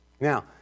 Now